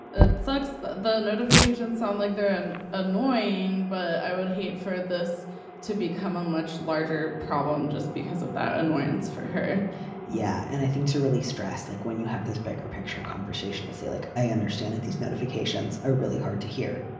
it sucks that the notification sound like they're an annoying. but i would hate for this to become a much larger problem just because of that annoyance for her yeah. and i think to really stress, like when you have this bigger picture conversation to say, like, i understand that these notifications are really hard to hear.